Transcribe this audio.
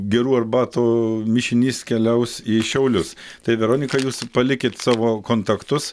gerų arbatų mišinys keliaus į šiaulius tai veronika jūs palikit savo kontaktus